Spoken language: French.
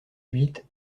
huit